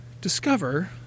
discover